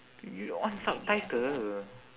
you on subtitle